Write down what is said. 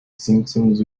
symptoms